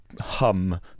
hum